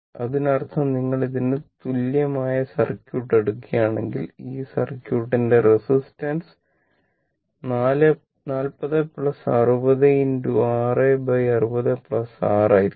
അതിനർത്ഥം നിങ്ങൾ ഇതിന് തുല്യമായ സർക്യൂട്ട എടുക്കുകയാണെങ്കിൽ ഈ സർക്യൂട്ട് ന്റെ റെസിസ്റ്റൻസ് 40 60 660 6 ആയിരിക്കും